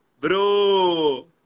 Bro